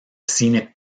scenic